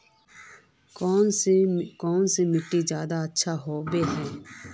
कौन सा मिट्टी ज्यादा अच्छा होबे है?